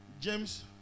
James